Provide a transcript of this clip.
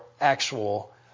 actual